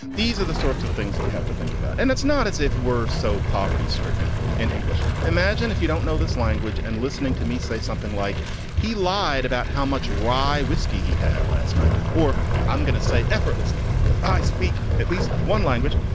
these are the sorts of things that you have to think about. and it's not as if were so poverty stricken in english. imagine if you don't know this language. and listening to me say something like he lied about how much rye whiskey he had last night or i'm going to say effortlessly because i speak at least one language.